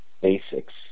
basics